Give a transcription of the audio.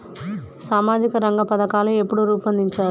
సామాజిక రంగ పథకాలు ఎప్పుడు రూపొందించారు?